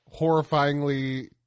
horrifyingly